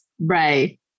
Right